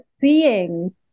seeing